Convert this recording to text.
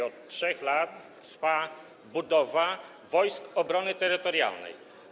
Od 3 lat trwa budowa Wojsk Obrony Terytorialnej.